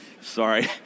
Sorry